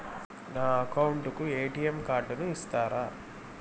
నా అకౌంట్ కు ఎ.టి.ఎం కార్డును ఇస్తారా